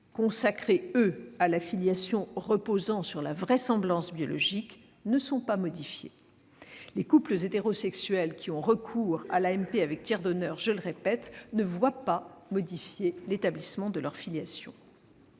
consacrés à la filiation reposant sur la vraisemblance biologique, ne sont pas modifiés. Je le répète : les couples hétérosexuels ayant recours à l'AMP avec tiers donneur ne voient pas modifié l'établissement de leur filiation.